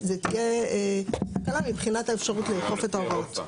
זו תהיה תקלה מבחינת האפשרות לאכוף את ההוראות.